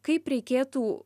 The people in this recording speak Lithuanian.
kaip reikėtų